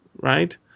right